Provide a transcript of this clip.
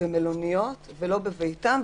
במלוניות ולא בביתם,